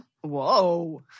Whoa